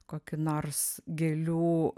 kokį nors gėlių